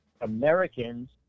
Americans